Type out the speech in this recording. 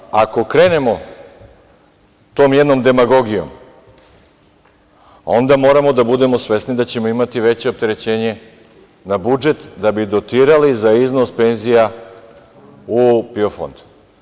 E sad, znači ako krenemo tom jednom demagogijom, onda moramo da budemo svesni da ćemo imati veće opterećenje na budžet da bi dotirali na iznos penzija u PIO fond.